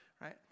right